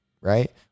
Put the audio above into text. right